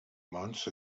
months